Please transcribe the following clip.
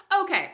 Okay